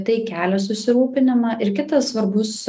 tai kelia susirūpinimą ir kitas svarbus